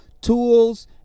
tools